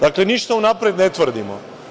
Dakle, ništa unapred ne tvrdimo.